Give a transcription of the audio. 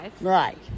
Right